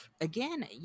Again